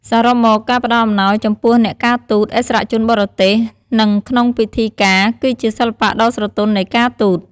សរុបមក ការផ្តល់អំណោយចំពោះអ្នកការទូត ឥស្សរជនបរទេស និងក្នុងពិធីការ គឺជា សិល្បៈដ៏ស្រទន់នៃការទូត។